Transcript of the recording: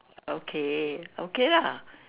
okay okay lah